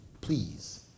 please